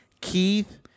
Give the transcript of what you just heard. Keith